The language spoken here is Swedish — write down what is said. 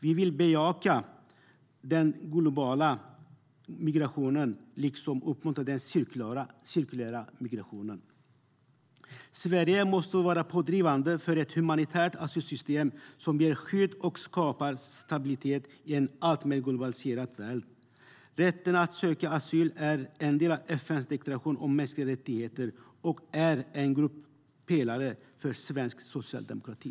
Vi vill bejaka den globala migrationen liksom uppmuntra den cirkulära migrationen. Sverige måste vara pådrivande för ett humanitärt asylsystem som ger skydd och skapar stabilitet i en alltmer globaliserad värld. Rätten att söka asyl är en del av FN:s deklaration om mänskliga rättigheter och är en grundpelare för svensk socialdemokrati.